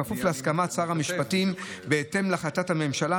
בכפוף להסכמת שר המשפטים ובהתאם להחלטת הממשלה,